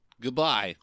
Goodbye